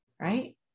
right